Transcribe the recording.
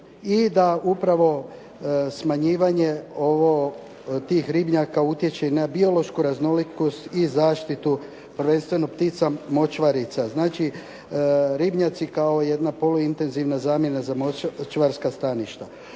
i da upravo smanjivanje tih ribnjaka utječe na biološku raznolikost i zaštitu prvenstveno ptica močvarica. Znači, ribnjaci kao jedna polu intenzivna zamjena za močvarska staništa.